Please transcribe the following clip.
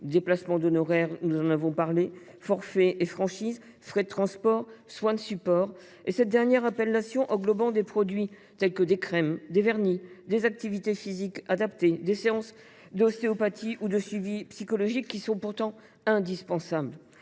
dépassements d’honoraires, forfaits et franchises, frais de transport, soins de support, cette dernière appellation englobant des produits tels que des crèmes, des activités physiques adaptées, des séances d’ostéopathie ou de suivi psychologique, qui sont pourtant indispensables.